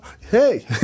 hey